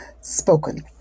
spoken